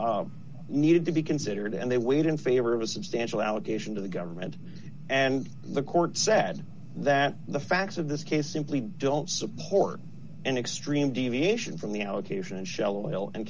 are needed to be considered and they weighed in favor of a substantial allegation to the government and the court said that the facts of this case simply don't support an extreme deviation from the allocation of shell oil and